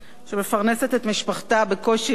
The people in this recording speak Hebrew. שמפרנסת את משפחתה בקושי רב,